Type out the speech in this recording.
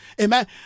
Amen